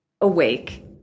awake